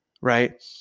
right